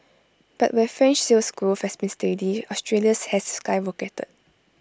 but where French Sales Growth has been steady Australia's has skyrocketed